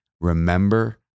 remember